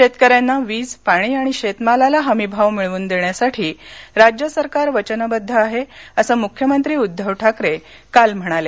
शेतकऱ्यांना वीज पाणी आणि शेतमालाला हमीभाव मिळवूनदेण्यासाठी राज्य सरकार वचनबद्ध आहे असं मुख्यमंत्री उद्दव ठाकरे काल म्हणाले